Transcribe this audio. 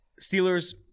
Steelers